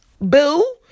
boo